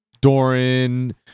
Doran